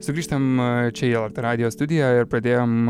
sugrįžtam čia į lrt radijo studiją ir pradėjom